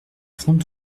trente